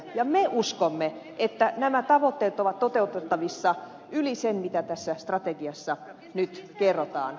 ja me uskomme että nämä tavoitteet ovat toteutettavissa yli sen mitä tässä strategiassa nyt kerrotaan